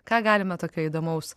ką galime tokio įdomaus